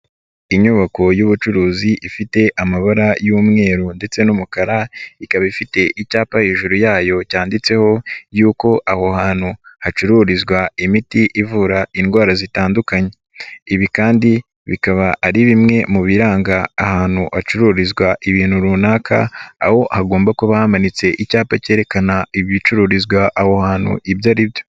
Inyubako y'ubucuruzi ifite amabara y'umweru ndetse n'umukara ikaba ifite icyapa hejuru yayo cyanditseho yuko aho hantu hacururizwa imiti ivura indwara zitandukanye, ibi kandi bikaba ari bimwe mu biranga ahantu hacururizwa ibintu runaka, aho hagomba kuba hamanitse icyapa kerekana ibicururizwa aho hantu ibyo ari byo.